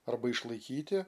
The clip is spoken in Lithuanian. arba išlaikyti